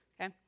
okay